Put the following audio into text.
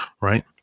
right